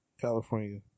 california